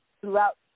throughout